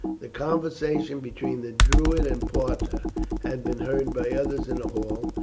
the conversation between the druid and parta had been heard by others in the hall,